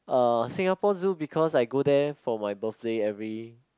uh Singapore Zoo because I go there for my birthday every